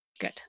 Good